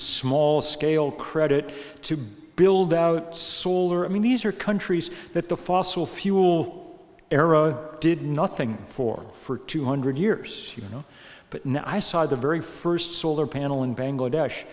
scale credit to build out solar i mean these are countries that the fossil fuel era did nothing for for two hundred years you know but now i saw the very first solar panel in bangladesh